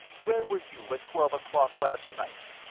where were you at twelve o'clock last night?